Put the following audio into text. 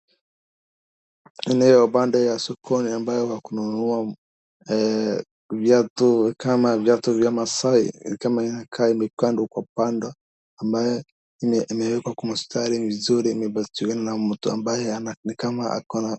eneo upande ya sokoni ambayo ya kununua viatu kama viatu vya Maasai ni kama imekaa imepangwa kwa upande ambayo imewekwa kwa mstari mizuri imepatiana na mtu ambaye ni kama ako